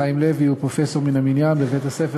חיים לוי הוא פרופסור מן המניין בבית-הספר